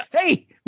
hey